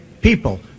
people